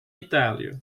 italië